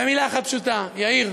במילה אחת פשוטה, יאיר,